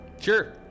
Sure